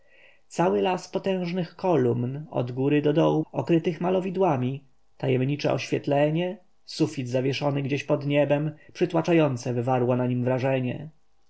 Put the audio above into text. cały las potężnych kolumn od góry do dołu okrytych malowidłami tajemnicze oświetlenie sufit zawieszony gdzieś pod niebem przytłaczające wywarło na nim wrażenie